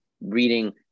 reading